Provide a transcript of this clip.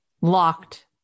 locked